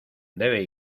debe